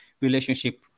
relationship